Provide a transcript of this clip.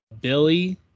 billy